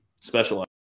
specialized